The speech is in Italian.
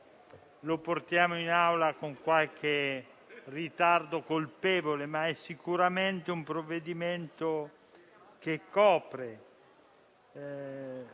lo portiamo in Aula con qualche ritardo colpevole, ma è sicuramente un provvedimento che copre